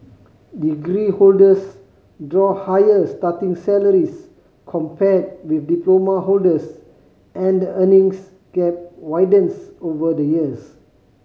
degree holders draw higher starting salaries compared with diploma holders and the earnings gap widens over the years